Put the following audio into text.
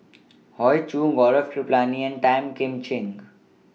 Hoey Choo Gaurav Kripalani Tan Kim Ching